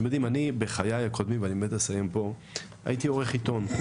בחיי הקודמים הייתי עורך עיתון.